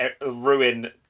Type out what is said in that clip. ruin